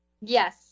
Yes